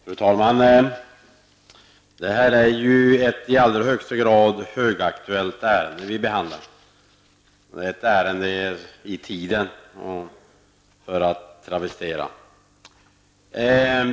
Fru talman! Det är ett i allra högsta grad aktuellt ärende vi nu behandlar, ett ärende ''i tiden''.